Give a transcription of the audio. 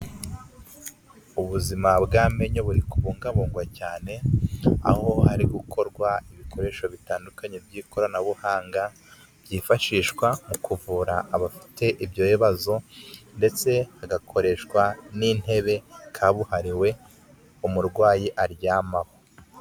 Ubuzima bw'amenyo buri kubungabungwa cyane aho hari gukorwa ibikoresho bitandukanye by'ikoranabuhanga byifashishwa mu kuvura abafite ibyo bibazo ndetse hagakoreshwa n'intebe kabuhariwe umurwayi aryamaho.